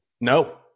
No